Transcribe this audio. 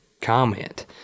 comment